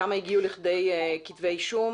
כמה הגיעו לכדי כתבי אישום